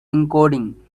encoding